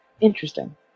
interesting